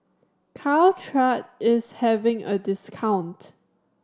Caltrate is having a discount